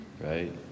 right